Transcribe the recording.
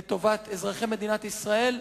לטובת אזרחי מדינת ישראל.